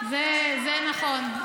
זה נכון.